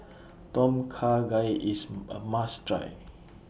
Tom Kha Gai IS A must Try